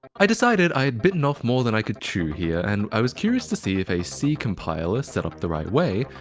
i decided i'd bitten off more than i could chew here, and i was curious to see if a c compiler set up the right way,